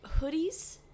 hoodies